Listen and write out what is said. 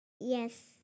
Yes